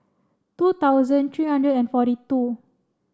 two thousand three hundred and forty two